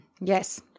Yes